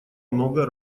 много